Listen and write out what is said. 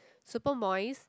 super moist